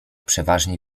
przeważnie